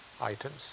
items